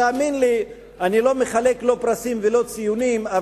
תאמין לי שאני לא מחלק פרסים או ציונים,